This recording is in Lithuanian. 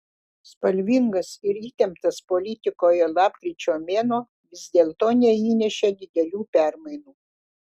spalvingas ir įtemptas politikoje lapkričio mėnuo vis dėlto neįnešė didelių permainų